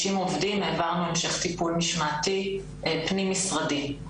עובדים המשכנו להמשך טיפול משמעתי פנים משרדי.